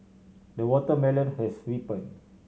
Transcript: the watermelon has ripen